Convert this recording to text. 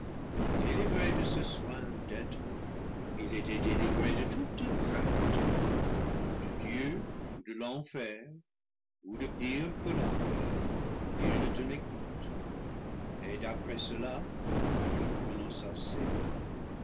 délivré de ce soin d'être il était délivré de toute crainte de dieu ou de l'enfer ou de pire que l'enfer il ne tenait compte et d'après cela il prononça ces mots